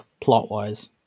plot-wise